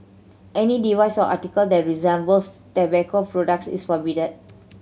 any device or article that resembles tobacco products is prohibited